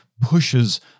pushes